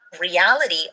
reality